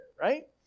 right